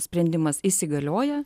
sprendimas įsigalioja